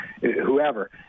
whoever